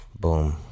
Boom